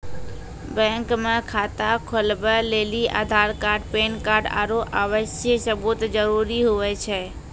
bank मे खाता खोलबै लेली आधार कार्ड पैन कार्ड आरू आवासीय सबूत जरुरी हुवै छै